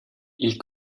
ils